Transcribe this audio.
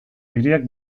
hiriak